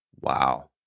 Wow